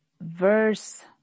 verse